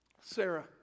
Sarah